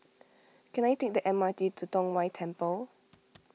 can I take the M R T to Tong Whye Temple